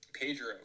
Pedro